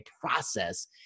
process